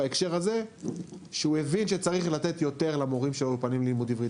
בהקשר הזה שהוא הבין שצריך לתת יותר למורים של האולפנים ללימוד עברית.